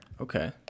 Okay